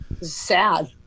sad